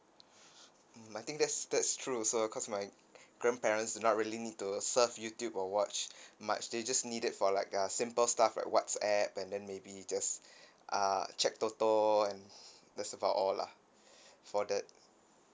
mm I think that's that's true also cause my grandparents do not really need to surf YouTube or watch much they just need it for like uh simple stuff like WhatsApp and then maybe just uh check Toto and that's about all lah for that